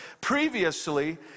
previously